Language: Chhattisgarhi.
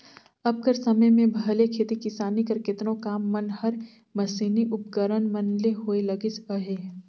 अब कर समे में भले खेती किसानी कर केतनो काम मन हर मसीनी उपकरन मन ले होए लगिस अहे